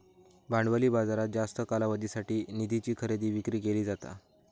भांडवली बाजारात जास्त कालावधीसाठी निधीची खरेदी विक्री केली जाता